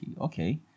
Okay